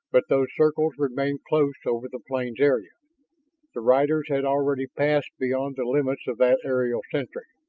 but those circles remained close over the plains area the riders had already passed beyond the limits of that aerial sentry.